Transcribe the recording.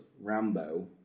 Rambo